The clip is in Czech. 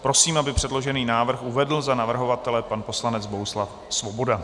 Prosím, aby předložený návrh uvedl za navrhovatele pan poslanec Bohuslav Svoboda.